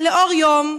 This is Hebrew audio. לאור יום,